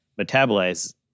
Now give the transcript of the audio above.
metabolize